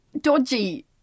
dodgy